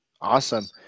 Awesome